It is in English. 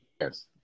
Yes